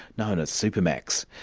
known as super max.